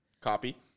copy